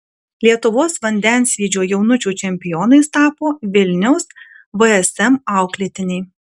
lietuvos vandensvydžio jaunučių čempionais tapo vilniaus vsm auklėtiniai